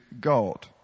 God